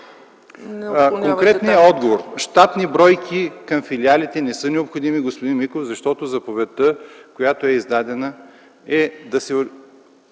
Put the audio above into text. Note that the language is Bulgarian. Конкретният отговор – щатни бройки към филиалите не са необходими, господин Миков, защото заповедта, която е издадена, е да се